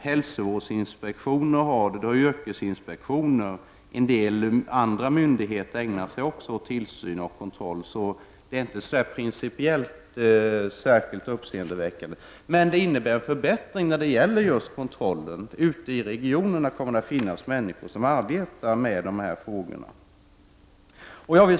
Hälsovårdsinspektionen gör det, likaså yrkesinspektionen, och en del andra myndigheter ägnar sig åt tillsyn och kontroll. Så principiellt är det inte särskilt uppseendeväckande. Det innebär förbättring när det gäller kontroll. Ute i regionerna kommer det att finnas människor som arbetar med dessa frågor.